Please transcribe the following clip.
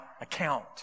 account